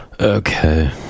Okay